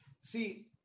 See